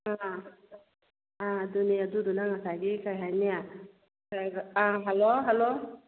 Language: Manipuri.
ꯑꯥ ꯑꯥ ꯑꯗꯨꯅꯦ ꯑꯗꯨꯗꯨꯅ ꯉꯁꯥꯏꯒꯤ ꯀꯩ ꯍꯥꯏꯅꯤ ꯑ ꯍꯜꯂꯣ ꯍꯜꯂꯣ